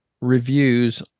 reviews